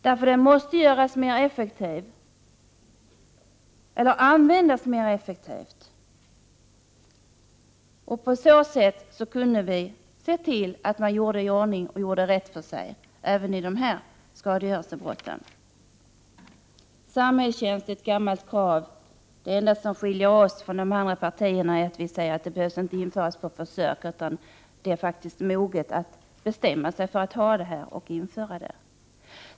Lagen måste användas mer effektivt. Vi kan därigenom se till att man gör rätt för sig och ställer i ordning även efter dessa skadegörelsebrott. Det är ett gammalt krav från centerns sida att införa samhällstjänst. Det enda som skiljer oss från de övriga partierna är att vi säger att den inte behöver införas på försök, utan att tiden är mogen för att införa samhällstjänst.